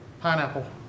Pineapple